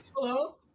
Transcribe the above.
Hello